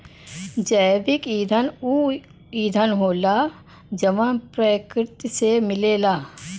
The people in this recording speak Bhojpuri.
जैविक ईंधन ऊ ईंधन होला जवन प्रकृति से मिलेला